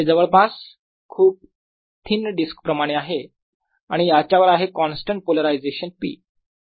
हे जवळपास खूप थिन डिस्क प्रमाणे आहे आणि याच्यावर आहे कॉन्स्टंट पोलरायझेशन p